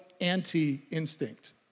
anti-instinct